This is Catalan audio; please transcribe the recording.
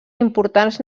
importants